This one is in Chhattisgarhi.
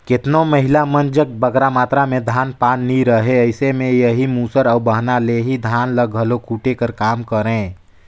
केतनो महिला मन जग बगरा मातरा में धान पान नी रहें अइसे में एही मूसर अउ बहना ले ही धान ल घलो कूटे कर काम करें